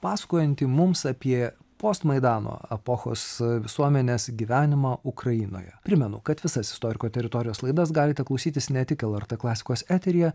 pasakojantį mums apie postmaidano epochos visuomenės gyvenimą ukrainoje primenu kad visas istoriko teritorijos laidas galite klausytis ne tik lrt klasikos eteryje